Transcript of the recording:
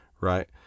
right